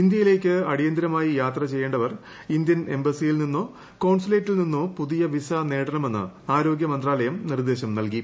ഇന്ത്യയിലേയ്ക്ക് അടിയന്തിരമായി യാത്ര ചെയ്യേണ്ടവർ ഇന്ത്യൻ എംബസിയിൽ നിന്നോ കോൺസുലേറ്റിൽ നിന്നോ പുതിയ വിസ നേടണമെന്ന് ആരോഗൃ മന്ത്രാലയം നിർദ്ദേശം നൽകി